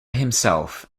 himself